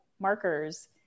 markers